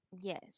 Yes